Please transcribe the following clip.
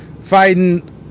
fighting